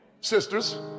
Sisters